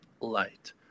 light